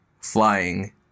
flying